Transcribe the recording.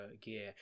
gear